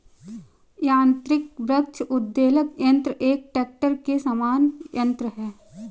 यान्त्रिक वृक्ष उद्वेलक यन्त्र एक ट्रेक्टर के समान यन्त्र है